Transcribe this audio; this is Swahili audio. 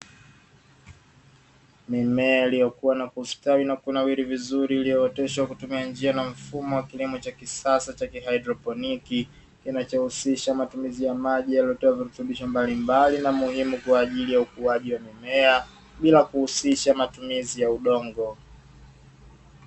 Mimea iliyokuwa na kustawi na kunawiri vizuri iliyooteshwa kwa kutumia njia na mfumo wa kilimo cha kisasa cha kihydroponiki, kinachohusisha matumizi ya maji yaliyotoa virutubisho mbalimbali na muhimu kwa ajili ya ukuaji wa mimea bila kuhusisha matumizi ya udongo.